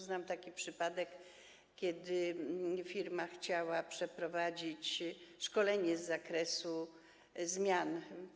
Znam taki przypadek, że firma chciała przeprowadzić szkolenie z zakresu zmian.